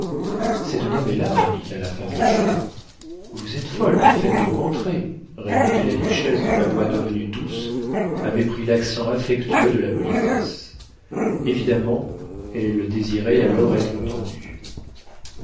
cette dame est là répliqua la femme de chambre vous êtes folle faites donc entrer répondit la duchesse dont la voix devenue douce avait pris l'accent affectueux de la politesse évidemment elle désirait alors être entendue